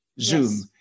Zoom